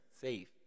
safe